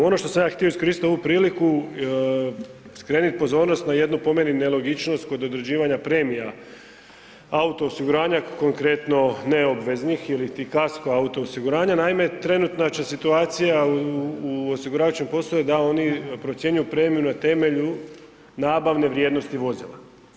Ono što sam ja htio iskoristiti ovu priliku skrenut pozornost na jednu po meni nelogičnost kod određivanja premija auto osiguranja konkretno neobveznih iliti Kasko auto osiguranja, naime trenutna situacija u osiguranju postoji da oni procjenjuju premiju na temelju nabavne vrijednosti vozila.